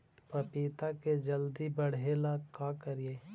पपिता के जल्दी बढ़े ल का करिअई?